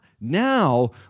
Now